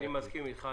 אני מסכים איתך.